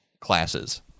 classes